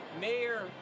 Mayor